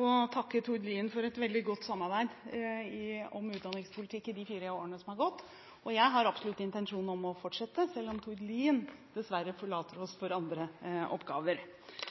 og takke Tord Lien for et veldig godt samarbeid om utdanningspolitikk i de fire årene som har gått. Jeg har absolutt intensjon om å fortsette, selv om Tord Lien dessverre forlater oss for andre oppgaver.